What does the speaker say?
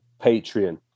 Patreon